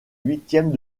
huitièmes